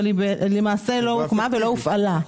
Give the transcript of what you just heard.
אבל למעשה היא לא הוקמה ולא הופעלה.